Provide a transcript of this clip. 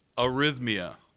arrhythmia.